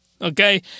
Okay